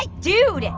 like dude, and